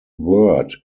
word